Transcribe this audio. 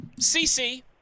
CC